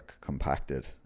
compacted